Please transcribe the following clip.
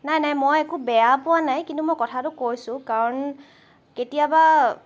নাই নাই মই একো বেয়া পোৱা নাই কিন্তু মই কথাটো কৈছোঁ কাৰণ কেতিয়াবা